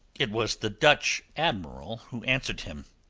it was the dutch admiral who answered him.